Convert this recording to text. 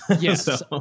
Yes